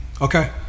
Okay